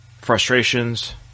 frustrations